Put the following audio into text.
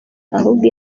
ahubwo